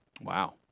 Wow